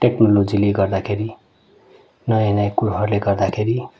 टेक्नोलोजीले गर्दाखेरि नयाँ नयाँ कुरोहरूले गर्दाखेरि